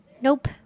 Nope